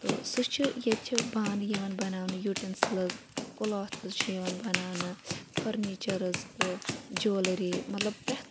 تہٕ سُہ چھُ ییٚتہِ چھِ بانہٕ یِوان بَناونہٕ یوٗٹیٚنسلز کلاتھٕس چھِ یِوان بَناونہٕ فرنیٖچرز تہٕ جُولری مطلَب پرٮ۪تھ